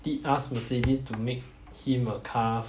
did ask Mercedes to make him a car